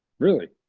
really?